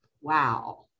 Wow